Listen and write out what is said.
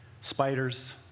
Spiders